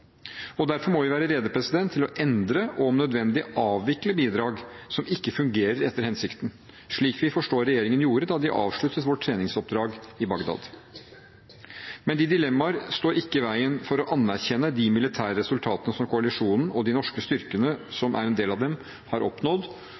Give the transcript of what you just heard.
politisk. Derfor må vi være rede til å endre og om nødvendig avvikle bidrag som ikke fungerer etter hensikten, slik vi forstår regjeringen gjorde da de avsluttet vårt treningsoppdrag i Bagdad. Men de dilemmaene står ikke i veien for å anerkjenne de militære resultatene som koalisjonen og de norske styrkene